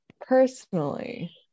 personally